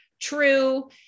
true